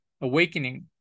awakening